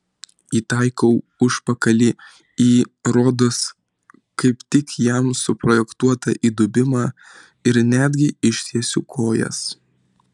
įtaikau užpakalį į rodos kaip tik jam suprojektuotą įdubimą ir netgi ištiesiu kojas